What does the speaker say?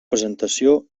presentació